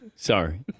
Sorry